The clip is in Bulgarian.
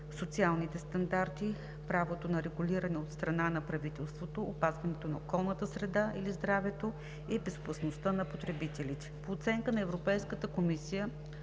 социалните стандарти, правото на регулиране от страна на правителството, опазването на околната среда или здравето и безопасността на потребителите. По оценка на Европейската комисия